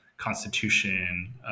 constitution